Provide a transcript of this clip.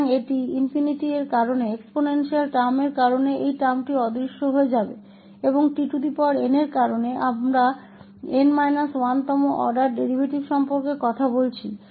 तो यह ३ के कारण इस एक्सपोनेंशियल पद के कारण यह पद लुप्त हो जाएगा और इस tn के कारण और हम 𝑛 − 1th क्रम के डेरीवेटिव के बारे में बात कर रहे हैं